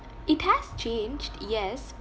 it has changed yes